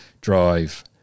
drive